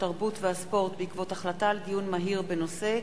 התרבות והספורט בעקבות דיון מהיר בנושא: